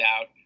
out